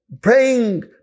praying